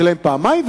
לשלם פעמיים.